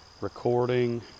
recording